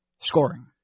scoring